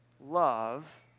love